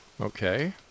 Okay